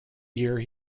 year